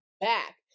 back